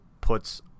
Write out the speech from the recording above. puts